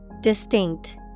Distinct